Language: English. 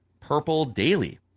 PURPLEDAILY